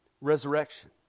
resurrection